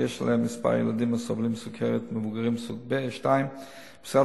ויש עלייה במספר הילדים הסובלים מסוכרת מבוגרים סוג 2. משרד